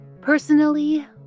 Personally